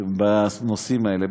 בנושאים האלה,